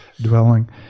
dwelling